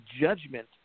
judgment